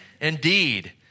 indeed